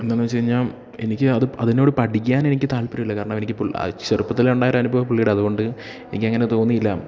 എന്താണെന്നു വെച്ചു കഴിഞ്ഞാൽ എനിക്ക് അത് അതിനോട് പഠിക്കാനെനിക്ക് താല്പര്യമില്ല കാരണം എനിക്കിപ്പോൾ ചെറുപ്പത്തിലുണ്ടായൊരനുഭവം പുള്ളിയുടെ അതു കൊണ്ട് എനിക്കങ്ങനെ തോന്നിയില്ല